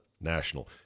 National